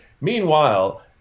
Meanwhile